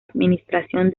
administración